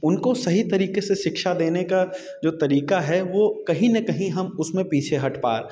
उनको सही तरीके से शिक्षा देने का जो तरीका है वो कहीं न कहीं हम उसमें पीछे हट पा हट रहे हैं